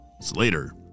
Slater